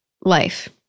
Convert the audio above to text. life